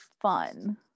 fun